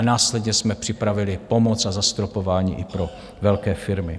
Následně jsme připravili pomoc a zastropování pro velké firmy.